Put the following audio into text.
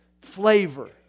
flavor